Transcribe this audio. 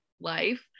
life